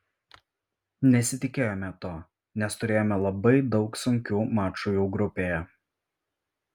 nesitikėjome to nes turėjome labai daug sunkių mačų jau grupėje